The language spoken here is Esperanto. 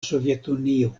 sovetunio